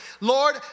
Lord